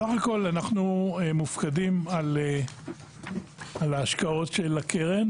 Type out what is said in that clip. בסך הכול אנחנו מופקדים על ההשקעות של הקרן